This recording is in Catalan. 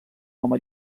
home